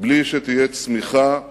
בלי שתהיה צמיחה עקבית,